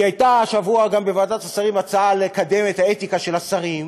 הייתה השבוע בוועדת השרים גם הצעה לקדם את האתיקה של השרים,